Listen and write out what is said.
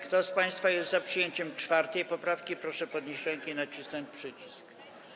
Kto z państwa jest za przyjęciem 4. poprawki, proszę podnieść rękę i nacisnąć przycisk.